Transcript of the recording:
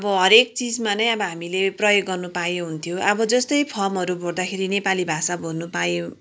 अब हरेक चिजमा नै अब हामीले प्रयोग गर्नु पाए हुन्थ्यो अब जस्तै फर्महरू भर्दा नेपाली भाषा भर्नु पाए